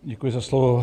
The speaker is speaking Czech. Děkuji za slovo.